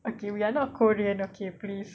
okay we are not korean okay please